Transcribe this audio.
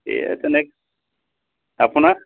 এয়া তেনেকৈ আপোনাৰ